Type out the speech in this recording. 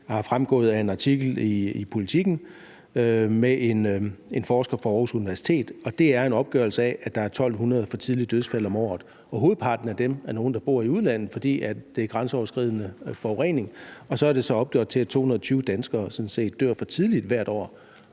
er fremgået af en artikel i Politiken med en forsker fra Aarhus Universitet. Det er en opgørelse af, at der er 1.200 for tidlige dødsfald om året, og hovedparten af dem er nogle, der bor i udlandet, fordi det er grænseoverskridende forurening, og så er det så opgjort til, at 220 danskere sådan set dør for tidligt hvert år,